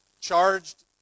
charged